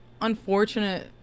unfortunate